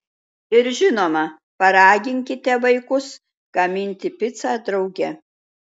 ir žinoma paraginkite vaikus gaminti picą drauge